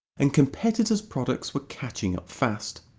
and competitor's products were catching up fast.